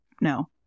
No